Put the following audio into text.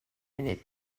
munud